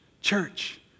church